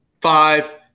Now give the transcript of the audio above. five